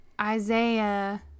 Isaiah